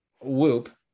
whoop